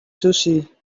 sushi